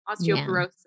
osteoporosis